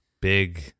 Big